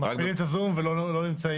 מפעילים את ה-זום ולא נמצאים.